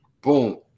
boom